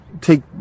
take